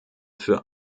für